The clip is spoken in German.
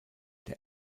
der